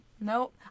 Nope